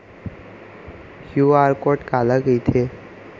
QR code काला कहिथे?